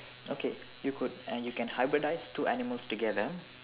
okay you could and you can hybridise two animals together